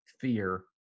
fear